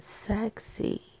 sexy